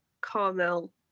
Carmel